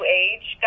age